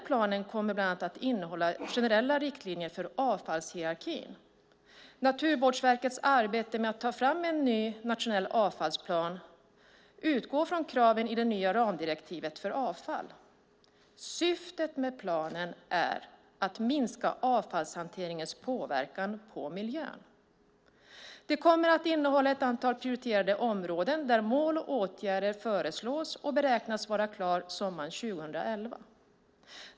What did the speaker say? Planen kommer bland annat att innehålla generella riktlinjer för avfallshierarkin. Naturvårdsverkets arbete med att ta fram en ny nationell avfallsplan utgår från kraven i det nya ramdirektivet för avfall. Syftet med planen är att minska avfallshanteringens påverkan på miljön. Den kommer att innehålla ett antal prioriterade områden där mål och åtgärder föreslås och beräknas vara klar sommaren 2011.